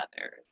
others